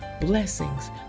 Blessings